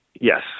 Yes